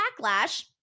backlash